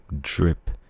drip